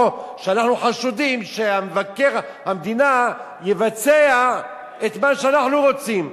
או שאנחנו חשודים שמבקר המדינה יבצע את מה שאנחנו רוצים.